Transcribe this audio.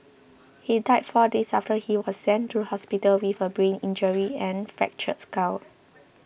he died four days after he was sent to hospital with a brain injury and fractured skull